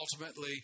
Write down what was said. ultimately